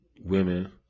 women